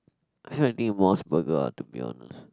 I feel like eating Mos-Burger ah to be honest